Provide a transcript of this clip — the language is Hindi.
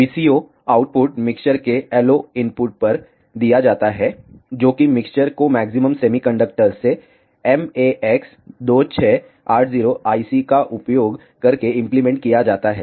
VCO आउटपुट मिक्सर के LO इनपुट पर दिया जाता है जो कि मिक्सर को मैक्सिम सेमीकंडक्टर्स से MAX2680 IC का उपयोग करके इंप्लीमेंट किया जाता है